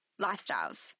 lifestyles